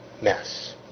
mess